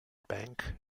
bank